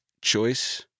choice